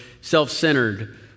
self-centered